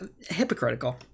Hypocritical